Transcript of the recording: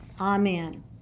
Amen